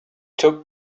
took